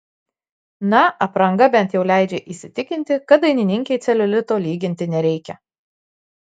na apranga bent jau leidžia įsitikinti kad dainininkei celiulito lyginti nereikia